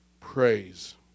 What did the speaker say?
Praise